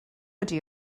ydy